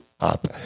up